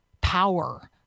power